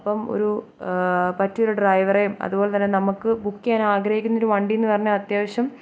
അപ്പം ഒരു പറ്റിയ ഒരു ഡ്രൈവറെയും അതുപോലെ തന്നെ നമ്മൾക്ക് ബുക്ക് ചെയ്യാൻ ആഗ്രഹിക്കുന്ന ഒരു വണ്ടി എന്ന് പറഞ്ഞാൽ അത്യാവശ്യം